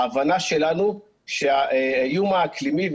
ההבנה שלנו שהאיום האקלימי,